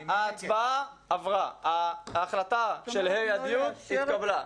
ההצבעה עברה, ההחלטה של כיתות ה' עד י' התקבלה.